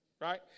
right